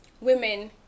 women